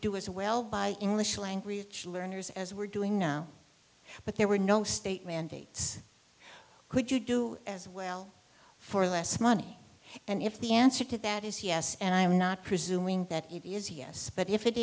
as well by english language learners as we're doing now but there were no state mandates could you do as well for less money and if the answer to that is yes and i am not presuming that yes but if it